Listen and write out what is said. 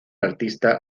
artista